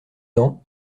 ans